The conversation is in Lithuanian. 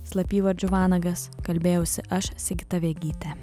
slapyvardžiu vanagas kalbėjausi aš sigita vegytė